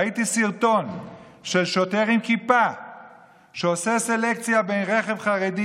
ראיתי סרטון של שוטר עם כיפה שעושה סלקציה בין רכב חרדי,